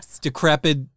decrepit